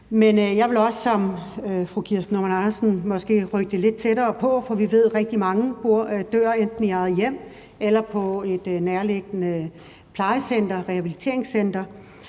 Men jeg vil også ligesom fru Kirsten Normann Andersen måske rykke det lidt tættere på, for vi ved, at rigtig mange dør enten i eget hjem eller på et nærliggende plejecenter eller rehabiliteringscenter,